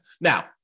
Now